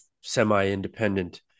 semi-independent